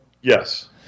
Yes